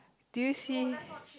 do you see